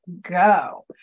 go